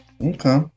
Okay